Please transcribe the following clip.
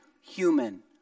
human